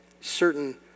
certain